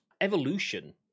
evolution